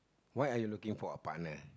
why are you looking for a partner